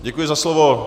Děkuji za slovo.